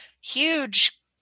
huge